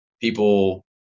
people